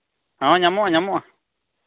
ᱦᱮᱸ ᱧᱟᱢᱚᱜᱼᱟ ᱧᱟᱢᱚᱜᱼᱟ